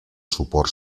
suport